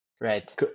Right